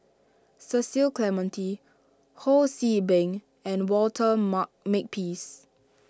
Cecil Clementi Ho See Beng and Walter Mark Makepeace